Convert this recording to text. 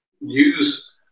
use